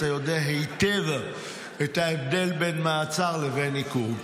אתה יודע היטב את ההבדל בין מעצר לבין עיכוב.